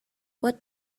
what